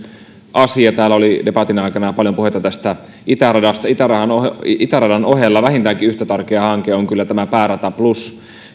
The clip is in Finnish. ykkösasia täällä oli debatin aikana paljon puhetta itäradasta itäradan ohella vähintäänkin yhtä tärkeä hanke on kyllä tämä päärata plus